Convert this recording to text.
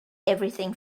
everything